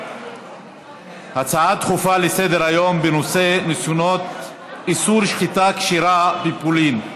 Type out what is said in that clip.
הצעה דחופה לסדר-היום בנושא: ניסיונות איסור שחיטה כשרה בפולין,